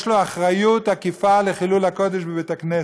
יש לו אחריות עקיפה לחילול הקודש בבית-הכנסת,